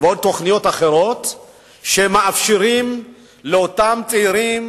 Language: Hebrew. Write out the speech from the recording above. ועוד תוכניות אחרות שמאפשרות לאותם צעירים